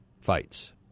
Fights